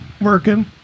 working